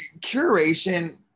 curation